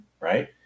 Right